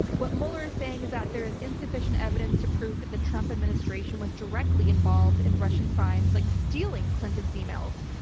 what mueller is saying is that there is insufficient evidence to prove that the trump administration was directly involved in russian crimes like stealing clinton's emails.